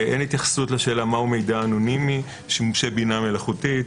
אין התייחסות לשאלה מהו מידע אנונימי של- -- בינה מלאכותית,